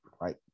Right